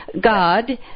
God